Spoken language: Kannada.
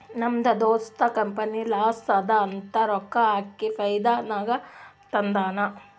ನಮ್ ದೋಸ್ತ ಕಂಪನಿ ಲಾಸ್ ಅದಾ ಅಂತ ರೊಕ್ಕಾ ಹಾಕಿ ಫೈದಾ ನಾಗ್ ತಂದಾನ್